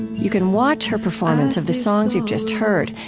you can watch her performance of the songs you've just heard,